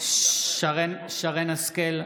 נגד שרן מרים השכל,